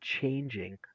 changing